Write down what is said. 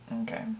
Okay